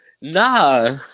Nah